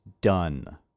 done